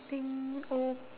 ~ting o~